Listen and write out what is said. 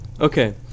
Okay